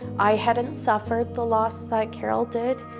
i hadn't suffered the loss that carol did,